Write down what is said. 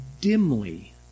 dimly